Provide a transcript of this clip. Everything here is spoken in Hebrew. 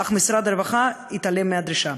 אך משרד הרווחה התעלם מהדרישה.